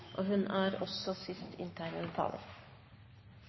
og det er også